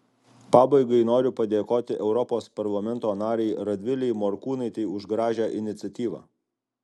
pabaigai noriu padėkoti europos parlamento narei radvilei morkūnaitei už gražią iniciatyvą